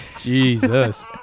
Jesus